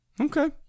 Okay